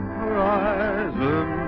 horizon